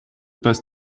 passe